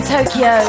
Tokyo